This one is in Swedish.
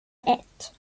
ett